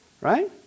Right